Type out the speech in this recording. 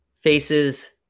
faces